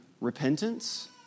repentance